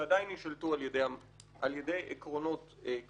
שעדיין יישלטו על ידי עקרונות יותר ברורים,